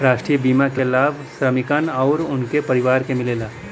राष्ट्रीय बीमा क लाभ श्रमिकन आउर उनके परिवार के मिलेला